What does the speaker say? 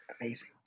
amazing